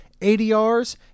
ADRs